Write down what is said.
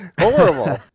horrible